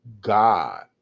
God